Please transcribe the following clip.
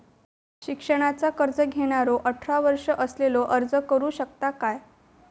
शिक्षणाचा कर्ज घेणारो अठरा वर्ष असलेलो अर्ज करू शकता काय?